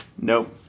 Nope